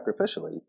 sacrificially